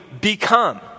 become